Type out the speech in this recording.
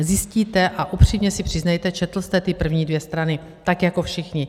Zjistíte, a upřímně si přiznejte, četl jste ty první dvě strany, tak jako všichni.